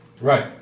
Right